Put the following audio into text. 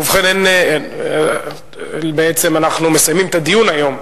ובכן, בעצם אנחנו מסיימים את הדיון היום,